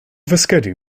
fisgedi